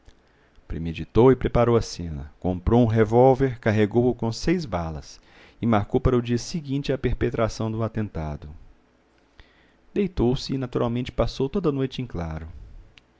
suicidar-se premeditou e preparou a cena comprou um revólver carregou o com seis balas e marcou para o dia seguinte a perpetração do atentado deitou-se e naturalmente passou toda a noite em claro